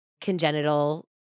congenital